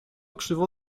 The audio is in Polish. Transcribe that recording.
krzywo